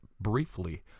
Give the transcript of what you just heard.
briefly